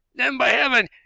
then by heaven!